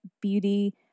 beauty